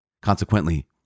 Consequently